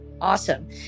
awesome